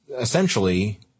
essentially